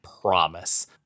promise